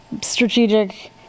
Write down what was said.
strategic